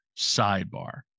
Sidebar